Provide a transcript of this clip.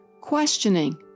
questioning